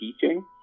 teaching